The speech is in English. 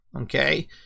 okay